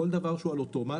כל דבר שהוא אוטומט,